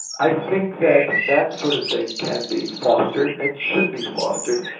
i think that that sort of thing can be fostered and should be fostered.